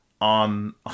on